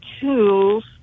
tools